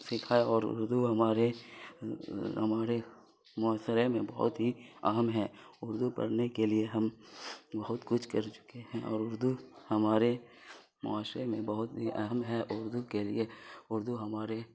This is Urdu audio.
سیکھا ہے اور اردو ہمارے ہمارے معاشرے میں بہت ہی اہم ہے اردو پڑھنے کے لیے ہم بہت کچھ کر چکے ہیں اور اردو ہمارے معاشرے میں بہت ہی اہم ہے اردو کے لیے اردو ہمارے